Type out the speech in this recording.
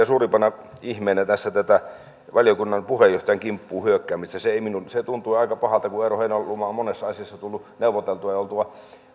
pidän suurimpana ihmeenä tässä tätä valiokunnan puheenjohtajan kimppuun hyökkäämistä se tuntuu aika pahalta kun eero heinäluoman kanssa on monessa asiassa tullut neuvoteltua